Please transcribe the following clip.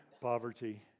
poverty